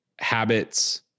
habits